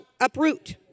uproot